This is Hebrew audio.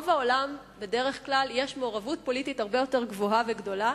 ברוב העולם יש מעורבות פוליטית הרבה יותר גדולה